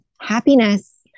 happiness